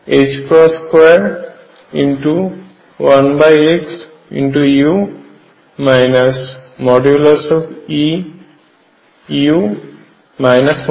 u